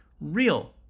real